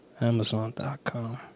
Amazon.com